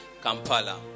Kampala